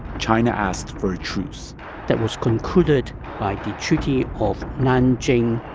china asked for a truce that was concluded by the treaty of nanjing